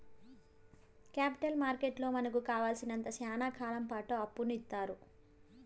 capital మార్కెట్లో మనకు కావాలసినంత శ్యానా కాలంపాటు అప్పును ఇత్తారు